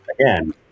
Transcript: again